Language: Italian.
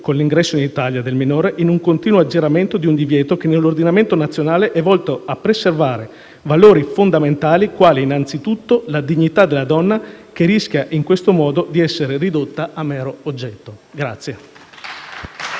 con l'ingresso in Italia del minore in un continuo aggiramento di un divieto che nell'ordinamento nazionale è volto a preservare valori fondamentali, quali, innanzitutto, la dignità della donna, che rischia in questo modo di essere ridotta a mero oggetto.